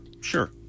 sure